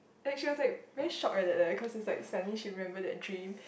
like she was like very shocked eh like that cause it's like suddenly she remember that dream